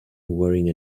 wearing